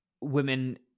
women